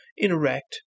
interact